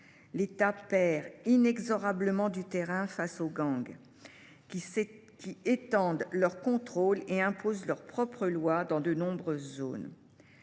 L’État perd inexorablement du terrain face aux gangs, qui étendent leur contrôle et imposent leur propre loi dans de nombreuses zones.